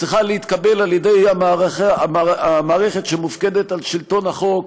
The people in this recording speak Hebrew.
צריכה להתקבל על ידי המערכת שמופקדת על שלטון החוק,